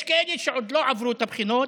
יש כאלה שעוד לא עברו את הבחינות